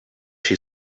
she